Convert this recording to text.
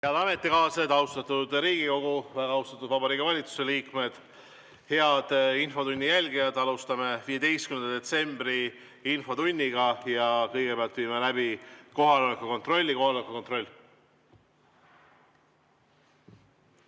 Head ametikaaslased! Austatud Riigikogu! Väga austatud Vabariigi Valitsuse liikmed! Head infotunni jälgijad! Alustame 15. detsembri infotundi. Kõigepealt viime läbi kohaloleku kontrolli. Kohaloleku kontroll.